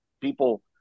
people